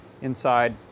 inside